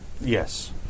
Yes